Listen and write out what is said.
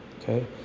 okay